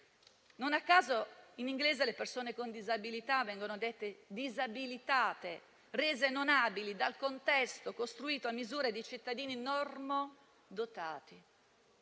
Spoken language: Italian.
Non a caso in inglese le persone con disabilità vengono dette «disabilitate», rese non abili dal contesto, costruito a misura di cittadini normodotati.